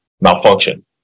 malfunction